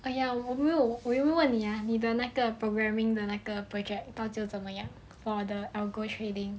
!aiya! 我有没有问你啊你的那个 programming 的那个 project 到最后就怎么样 for the algo trading